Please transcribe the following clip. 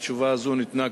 התשובה הזאת ניתנה,